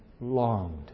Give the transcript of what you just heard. longed